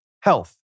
health